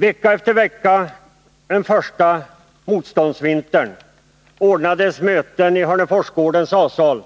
Vecka efter vecka den första motståndsvintern ordnades möten i Hörneforsgårdens A-sal